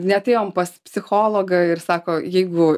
net ėjom pas psichologą ir sako jeigu